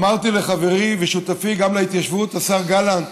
אמרתי לחברי ושותפי, גם להתיישבות, השר גלנט,